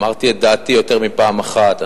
אמרתי את דעתי יותר מפעם אחת,